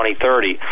2030